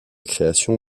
création